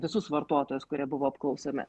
visus vartotojus kurie buvo apklausiami